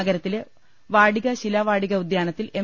നഗരത്തിലെ വാടിക ശിലാവാടിക ഉദ്യാനത്തിൽ എം